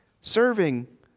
serving